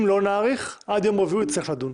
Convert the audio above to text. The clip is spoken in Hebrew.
אם לא נאריך, עד יום רביעי הוא יצטרך לדון.